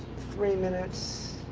three minutes,